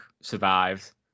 survives